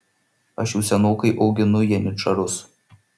aš jau senokai auginu janyčarus